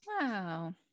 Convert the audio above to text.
Wow